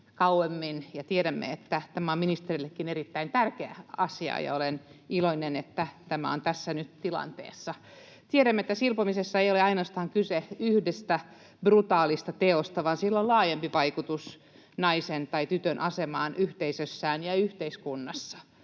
tiedämme, että tämä on ministerillekin erittäin tärkeä asia. Olen iloinen, että tämä on nyt tässä tilanteessa. Tiedämme, että silpomisessa ei ole kyse ainoastaan yhdestä brutaalista teosta, vaan sillä on laajempi vaikutus naisen tai tytön asemaan yhteisössään ja yhteiskunnassa.